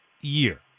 year